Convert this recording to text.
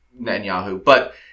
Netanyahu—but